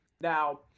now